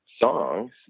songs